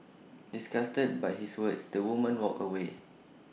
disgusted by his words the woman walked away